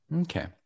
Okay